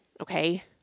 okay